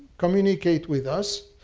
communicate with us.